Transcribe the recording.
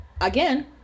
again